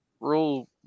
Rule